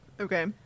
Okay